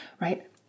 Right